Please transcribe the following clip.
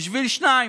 בשביל שניים.